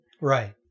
Right